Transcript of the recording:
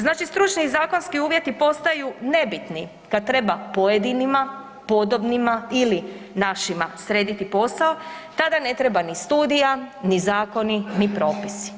Znači, stručni i zakonski uvjeti postaju nebitni kad treba pojedinima, podobnima ili našima srediti posao, tada ne treba ni studija, ni zakoni, ni propisi.